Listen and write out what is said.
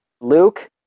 Luke